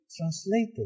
translated